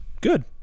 good